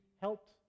helped